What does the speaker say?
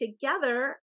together